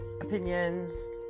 opinions